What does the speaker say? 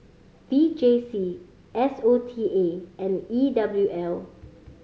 V J C S O T A and E W L